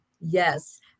Yes